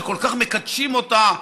שכל כך מקדשים אותה,